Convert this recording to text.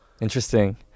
Interesting